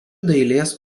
dailės